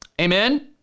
Amen